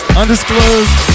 undisclosed